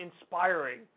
inspiring